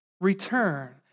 return